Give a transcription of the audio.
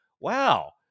wow